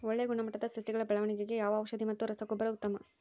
ಒಳ್ಳೆ ಗುಣಮಟ್ಟದ ಸಸಿಗಳ ಬೆಳವಣೆಗೆಗೆ ಯಾವ ಔಷಧಿ ಮತ್ತು ರಸಗೊಬ್ಬರ ಉತ್ತಮ?